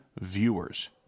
viewers